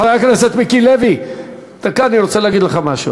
חבר הכנסת מיקי לוי, דקה, אני רוצה להגיד לך משהו.